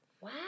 Wow